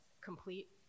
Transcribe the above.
complete